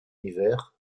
hiver